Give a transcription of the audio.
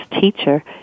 teacher